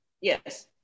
Yes